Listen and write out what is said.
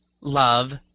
love